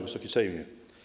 Wysoki Sejmie!